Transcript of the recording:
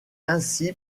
ainsi